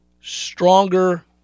stronger